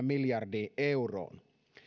miljardiin euroon